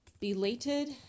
Belated